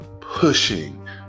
pushing